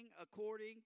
according